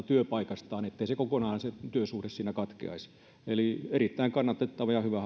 työpaikastaan ettei se työsuhde kokonaan siinä katkeaisi eli erittäin kannatettava ja hyvä